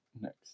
next